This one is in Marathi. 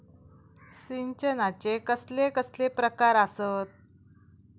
सिंचनाचे कसले कसले प्रकार आसत?